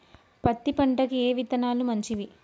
పత్తి పంటకి ఏ విత్తనాలు మంచివి?